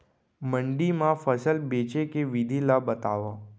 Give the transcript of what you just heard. मंडी मा फसल बेचे के विधि ला बतावव?